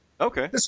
Okay